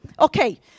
Okay